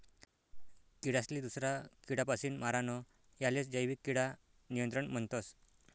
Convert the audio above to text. किडासले दूसरा किडापासीन मारानं यालेच जैविक किडा नियंत्रण म्हणतस